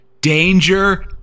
Danger